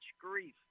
grief